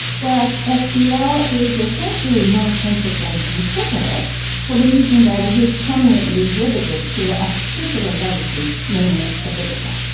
whereas sbl is essentially monocentric and centripetal for the reason that it is permanently riveted to a particular legacy, namely the biblical.